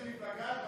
תגידי איזה מפלגה את,